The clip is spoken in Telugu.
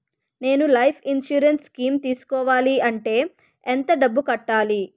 నేను లైఫ్ ఇన్సురెన్స్ స్కీం తీసుకోవాలంటే ఎంత డబ్బు కట్టాలి?